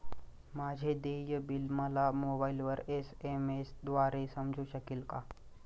माझे देय बिल मला मोबाइलवर एस.एम.एस द्वारे समजू शकेल का?